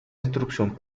instrucción